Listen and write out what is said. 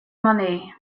money